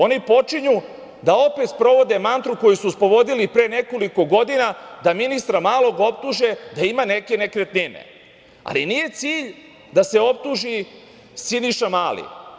Oni počinju da opet sprovode mantru koju su sprovodili pre nekoliko godina, da ministra Malog optuže da ima neke nekretnine, ali nije cilj da se optuži Siniša Mali.